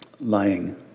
lying